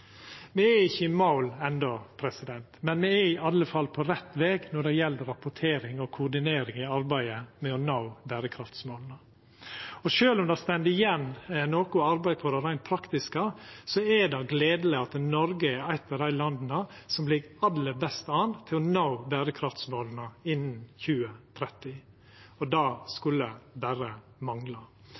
Me er ikkje i mål enno, men me er i alle fall på rett veg når det gjeld rapportering og koordinering i arbeidet med å nå berekraftsmåla. Sjølv om det står igjen noko arbeid på det reint praktiske, er det gledeleg at Noreg er eit av dei landa som ligg aller best an til å nå berekraftsmåla innan 2030. Det skulle berre mangla